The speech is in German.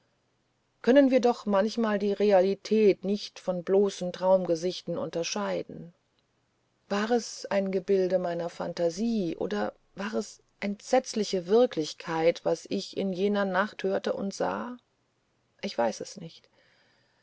können wir doch manchmal die realität nicht von bloßen traumgesichten unterscheiden war es ein gebilde meiner phantasie oder war es entsetzliche wirklichkeit was ich in jener nacht hörte und sah ich weiß es nicht